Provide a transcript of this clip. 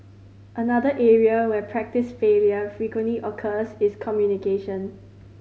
another area where practice failure frequently occurs is communication